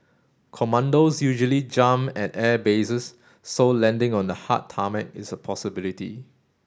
commandos usually jump at airbases so landing on the hard tarmac is a possibility